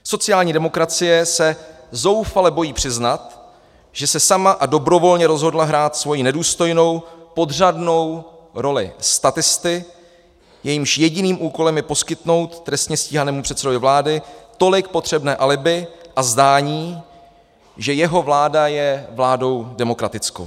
Sociální demokracie se zoufale bojí přiznat, že se sama a dobrovolně rozhodla hrát svoji nedůstojnou podřadnou roli statisty, jehož jediným úkolem je poskytnout trestně stíhanému předsedovi vlády tolik potřebné alibi a zdání, že jeho vláda je vládou demokratickou.